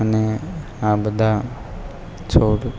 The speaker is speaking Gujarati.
અને આ બધા છોડ